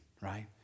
right